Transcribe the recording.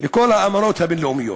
כל האמנות הבין-לאומיות.